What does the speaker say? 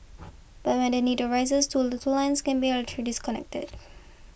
but when the need arises two of two lines can be disconnected